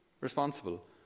responsible